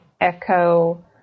echo